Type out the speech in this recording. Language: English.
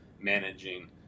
managing